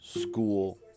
School